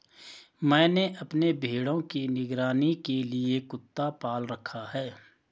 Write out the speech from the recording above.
मैंने अपने भेड़ों की निगरानी के लिए कुत्ता पाल रखा है